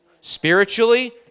Spiritually